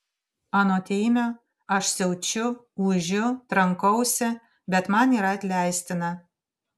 anot eimio aš siaučiu ūžiu trankausi bet man yra atleistina